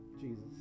Jesus